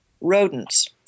rodents